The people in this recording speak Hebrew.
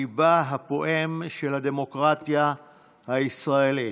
ליבה הפועם של הדמוקרטיה הישראלית.